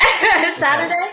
Saturday